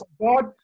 God